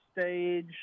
stage